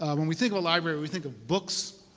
when we think of a library, we think of books